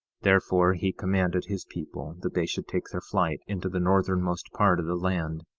therefore he commanded his people that they should take their flight into the northernmost part of the land,